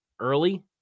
early